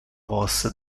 vos